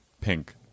pink